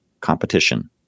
competition